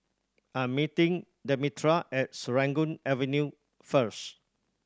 I'm meeting Demetria at Serangoon Avenue first